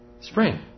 Spring